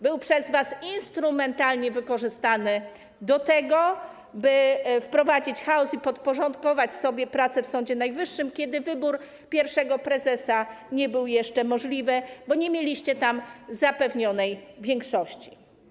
Był on przez was instrumentalnie wykorzystywany do tego, by wprowadzać chaos i podporządkować sobie prace w Sądzie Najwyższym, kiedy wybór pierwszego prezesa nie był jeszcze możliwy, bo nie mieliście zapewnionej większości.